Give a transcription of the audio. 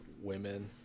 Women